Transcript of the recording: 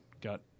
got